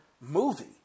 movie